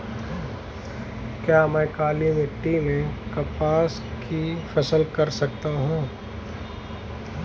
क्या मैं काली मिट्टी में कपास की फसल कर सकता हूँ?